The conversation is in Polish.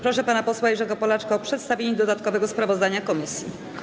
Proszę pana posła Jerzego Polaczka o przedstawienie dodatkowego sprawozdania komisji.